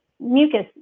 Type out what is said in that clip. mucus